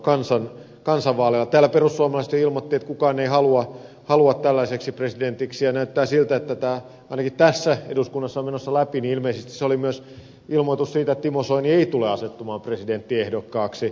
täällä perussuomalaiset jo ilmoittivat että kukaan ei halua tällaiseksi presidentiksi ja näyttää siltä että tämä ainakin tässä eduskunnassa on menossa läpi joten ilmeisesti se oli myös ilmoitus siitä että timo soini ei tule asettumaan presidenttiehdokkaaksi